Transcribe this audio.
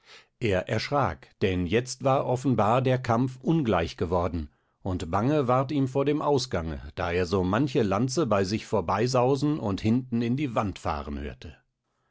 er erschrak denn jetzt war offenbar der kampf ungleich geworden und bange ward ihm vor dem ausgange da er so manche lanze bei sich vorbei sausen und hinten in die wand fahren hörte